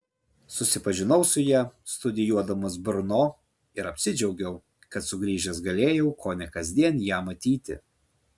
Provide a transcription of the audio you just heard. susipažinau su ja studijuodamas brno ir apsidžiaugiau kad sugrįžęs galėjau kone kasdien ją matyti